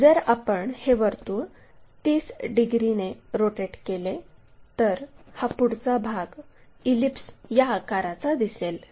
जर आपण हे वर्तुळ 30 डिग्रीने रोटेट केले तर हा पुढचा भाग इलिप्स या आकाराचा दिसेल